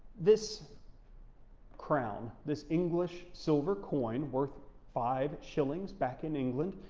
this crown, this english silver coin worth five shillings back in england,